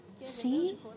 see